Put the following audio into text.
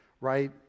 right